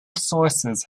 sources